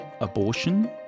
abortion